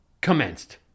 commenced